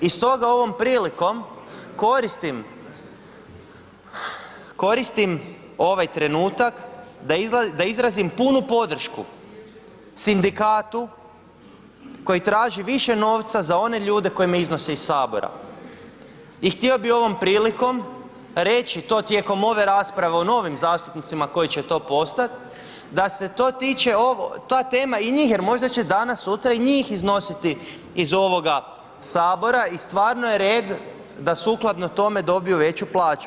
I stoga ovom prilikom koristim ovaj trenutak da izrazim puno podršku sindikatu koji traži više novca za one ljude koji me iznose iz Sabora i htio bi ovom prilikom reći to tijekom ove rasprave o novim zastupnicima koji će to postat, da se to tiče ovo, ta tema i njih jer možda će danas-sutra i njih iznositi iz ovog Sabora i stvarno je red da sukladno tome dobiju veću plaću.